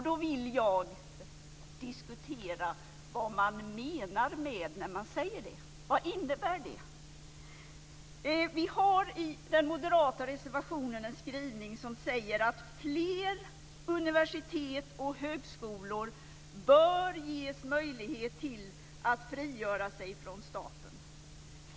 Då vill jag diskutera vad man menar när man säger det. Vad innebär det? Vi har i den moderata reservationen en skrivning som säger att fler universitet och högskolor bör ges möjlighet att frigöra sig från staten.